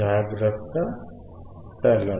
జాగ్రత్త శెలవు